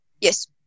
Yes